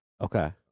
Okay